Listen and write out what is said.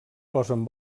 posen